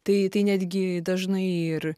tai tai netgi dažnai ir